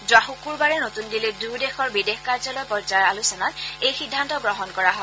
যোৱা শুকুৰবাৰে নতুন দিল্লীত দুয়ো দেশৰ বিদেশ কাৰ্যালয় পৰ্যায়ৰ আলোচনাত এই সিদ্ধান্ত গ্ৰহণ কৰা হয়